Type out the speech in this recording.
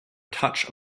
touch